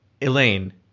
Elaine